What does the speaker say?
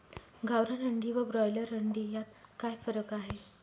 गावरान अंडी व ब्रॉयलर अंडी यात काय फरक आहे?